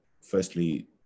firstly